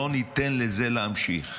לא ניתן לזה להמשיך?